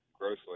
grossly